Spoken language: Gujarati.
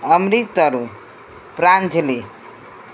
અમરિતરો પ્રાંજલી